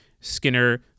Skinner